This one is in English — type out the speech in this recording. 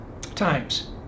times